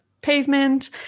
pavement